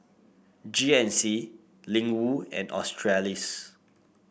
G N C Ling Wu and Australis